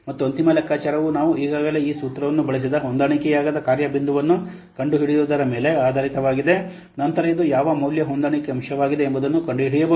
ಮತ್ತು ಅಂತಿಮ ಲೆಕ್ಕಾಚಾರವು ನಾವು ಈಗಾಗಲೇ ಈ ಸೂತ್ರವನ್ನು ಬಳಸಿದ ಹೊಂದಾಣಿಕೆಯಾಗದ ಕಾರ್ಯ ಬಿಂದುವನ್ನು ಕಂಡುಹಿಡಿಯುವುದರ ಮೇಲೆ ಆಧಾರಿತವಾಗಿದೆ ನಂತರ ಇದು ಯಾವ ಮೌಲ್ಯ ಹೊಂದಾಣಿಕೆ ಅಂಶವಾಗಿದೆ ಎಂಬುದನ್ನು ಕಂಡುಹಿಡಿಯಬೇಕು